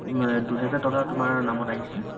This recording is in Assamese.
দুহেজাৰ টকা তোমাৰ নামত আহিছে